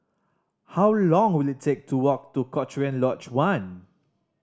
how long will it take to walk to Cochrane Lodge One